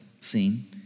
scene